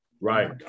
Right